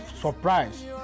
surprise